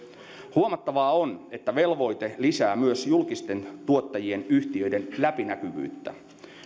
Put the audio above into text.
huomattavaa on että velvoite lisää myös julkisten tuottajien yhtiöiden läpinäkyvyyttä